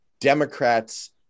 Democrats